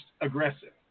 aggressive